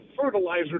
fertilizer